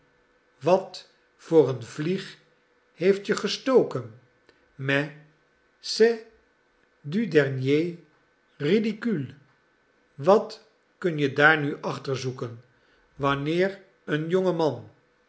wat voor een vlieg heeft je gestoken mais c'est du dernier ridicule wat kun je daar nu achter zoeken wanneer een jonge man